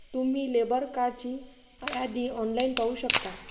तुम्ही लेबर कार्डची यादी ऑनलाइन पाहू शकता